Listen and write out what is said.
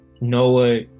Noah